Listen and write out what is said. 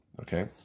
okay